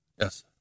Yes